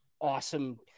awesome